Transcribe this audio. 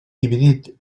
dividit